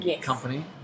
company